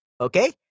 Okay